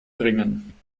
bringen